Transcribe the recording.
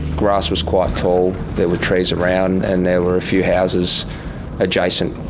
grass was quite tall, there were trees around, and there were a few houses adjacent.